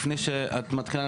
לפני שאת מתחילה,